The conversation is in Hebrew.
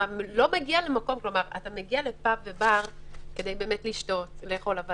אתה מגיע לפאב ובר כדי לשתות ולאכול אבל